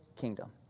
kingdom